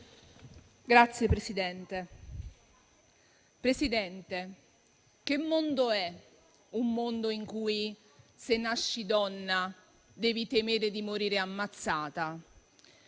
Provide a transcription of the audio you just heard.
Presidente, che mondo è quello in cui, se nasci donna, devi temere di morire ammazzata?